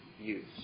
use